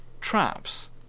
traps